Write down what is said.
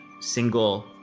single